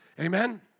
Amen